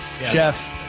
Jeff